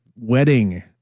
wedding